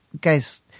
guys